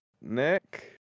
nick